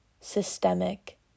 systemic